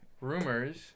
rumors